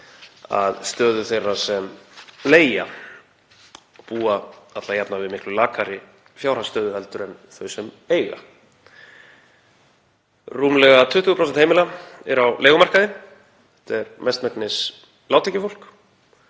að stöðu þeirra sem leigja, og búa alla jafna við miklu lakari fjárhagsstöðu en þau sem eiga húsnæði. Rúmlega 20% heimila eru á leigumarkaði, þetta er mestmegnis lágtekjufólk.